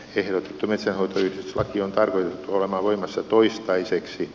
ehdotettu metsänhoitoyhdistyslaki on tarkoitettu olemaan voimassa toistaiseksi